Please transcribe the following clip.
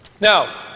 Now